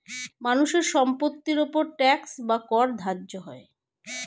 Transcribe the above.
মানুষের সম্পত্তির উপর ট্যাক্স বা কর ধার্য হয়